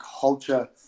culture